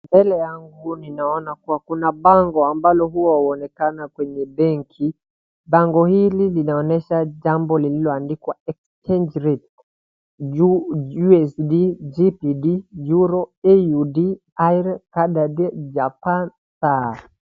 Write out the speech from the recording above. Mbele yangu ninaona kuwa kuna bango ambalo hua huonekana kwenye benki. Bango hili linaonyesha jambo lililoandkiwa exchange rates usd GPD, Euro Aud, IR, Cad japan, sar